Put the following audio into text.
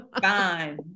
Fine